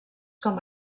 com